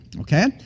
okay